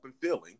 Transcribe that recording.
feeling